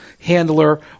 handler